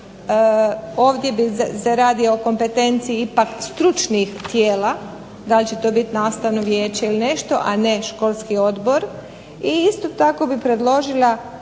Ovdje se radi o kompetenciji ipak stručnih tijela. Da li će to biti nastavno vijeće ili nešto, a ne školski odbor. I isto tako bih predložila